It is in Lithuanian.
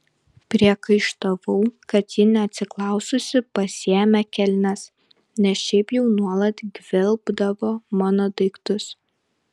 priekaištavau kad ji neatsiklaususi pasiėmė kelnes nes šiaip jau nuolat gvelbdavo mano daiktus